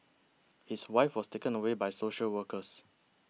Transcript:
his wife was taken away by social workers